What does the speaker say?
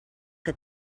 que